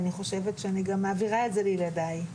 אני חושבת שאני גם מעבירה את זה לילדיי.